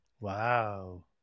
Wow